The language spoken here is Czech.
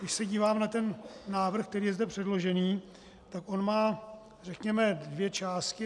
Když se dívám na návrh, který je zde předložený, tak on má řekněme dvě části.